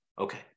Okay